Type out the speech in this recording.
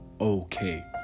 okay